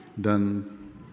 done